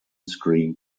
scream